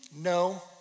no